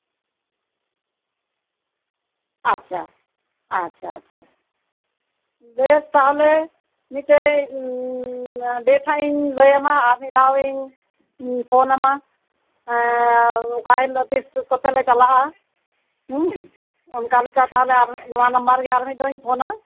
ᱟᱪᱪᱷᱟ ᱟᱪᱪᱷᱟ ᱟᱪᱪᱷᱟ ᱵᱮᱥ ᱛᱟᱞᱦᱮ ᱢᱤᱫᱴᱮᱡ ᱰᱮᱴ ᱦᱟᱸᱜ ᱤᱧ ᱞᱟᱹᱭᱟᱢᱟ ᱟᱨᱢᱤᱫ ᱫᱚᱢᱤᱧ ᱯᱷᱳᱱᱟᱢᱟ ᱮᱸ ᱚᱠᱟ ᱦᱤᱞᱳᱜ ᱛᱤᱥ ᱠᱚᱛᱮ ᱞᱮ ᱪᱟᱞᱟᱜᱼᱟ ᱦᱩᱸ ᱚᱱᱠᱟᱞᱮᱠᱟ ᱛᱟᱞᱦᱮ ᱱᱚᱣᱟ ᱱᱟᱢᱵᱟᱨ ᱨᱮᱜᱮ ᱟᱨ ᱢᱤᱜ ᱫᱷᱟᱣᱤᱧ ᱯᱷᱳᱱᱟ